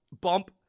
bump